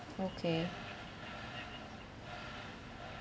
okay